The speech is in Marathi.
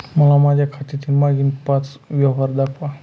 मला माझ्या खात्यातील मागील पांच व्यवहार दाखवा